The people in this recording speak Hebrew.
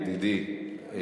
ידידי,